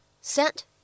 sent